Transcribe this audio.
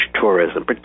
tourism